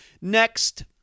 Next